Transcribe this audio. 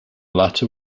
latter